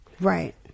Right